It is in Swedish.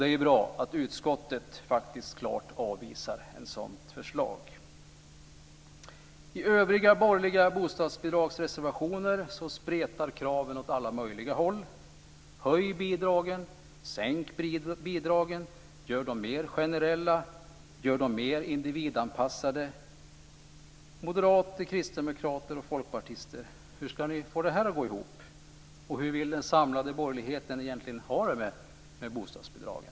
Det är ju bra att utskottet faktiskt klart avvisar ett sådant förslag. I övriga borgerliga bostadsbidragsreservationer spretar kraven åt alla möjliga håll. Höj bidragen! Sänk bidragen! Gör dem mer generella! Gör dem mer individanpassade! Moderater, kristdemokrater och folkpartister - hur ska ni få det här att gå ihop? Och hur vill den samlade borgerligheten egentligen ha det med bostadsbidragen?